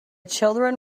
children